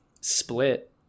split